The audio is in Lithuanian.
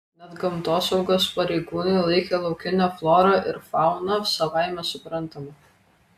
net gamtosaugos pareigūnai laikė laukinę florą ir fauną savaime suprantama